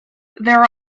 there